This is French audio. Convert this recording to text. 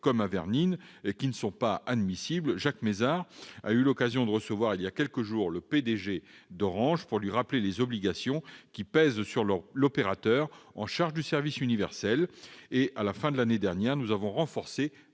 comme à Vernines, ne sont pas admissibles. Jacques Mézard a eu l'occasion de recevoir il y a quelques jours le P-DG d'Orange pour lui rappeler les obligations qui pèsent sur l'opérateur en charge du service universel. À la fin de l'année dernière, nous avons renforcé